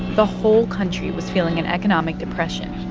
the whole country was feeling an economic depression,